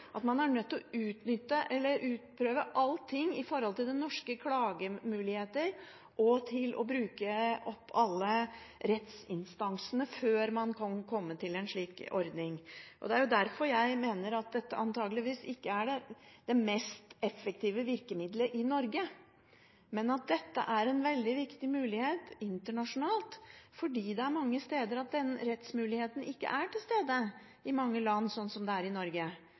når man skal bruke en slik tilleggsprotokoll, er man nødt til å utnytte eller utprøve alt med hensyn til norske klagemuligheter og til å bruke alle rettsinstansene før man kan komme fram til en slik ordning. Det er derfor jeg mener at dette antageligvis ikke er det mest effektive virkemiddelet i Norge, men at dette er en veldig viktig mulighet internasjonalt fordi det er mange land der denne rettsmuligheten ikke er til stede, sånn som den er i Norge.